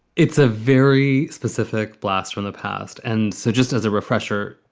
it's a very specific blast from the past. and so just as a refresher,